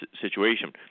situation